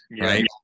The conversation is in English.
right